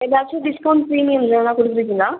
எதாச்சும் discount premium எதுனா கொடுத்துருக்கீங்களா